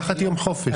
לקחת יום חופש.